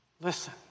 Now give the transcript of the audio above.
listen